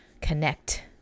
connect